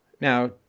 Now